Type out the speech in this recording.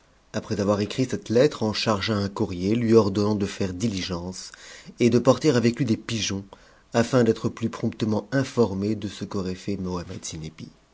après avoir écrit cette lettre en chargea un courrier lui ordonnant de faire diligence et de porter avec lui des pigeons afin d'être plus promptement informé de ce qu'aurait fait